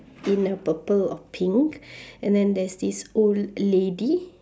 in a purple or pink and then there's this old lady